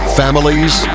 families